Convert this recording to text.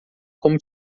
como